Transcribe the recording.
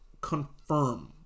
confirm